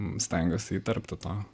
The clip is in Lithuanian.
stengiuosi įterpti tą